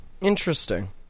Interesting